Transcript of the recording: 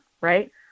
right